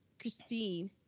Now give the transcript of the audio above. Christine